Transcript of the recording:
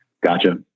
Gotcha